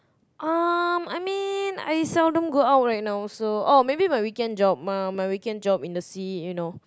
um I mean I seldom go out right now also oh maybe my weekend job my my weekend job in the sea you know